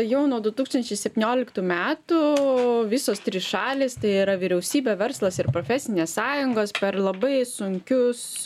jau nuo du tūkstančiai septynioliktų metų visos trys šalys tai yra vyriausybė verslas ir profesinės sąjungos per labai sunkius